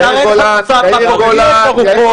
--- להרגיע את הרוחות.